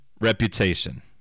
reputation